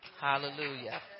Hallelujah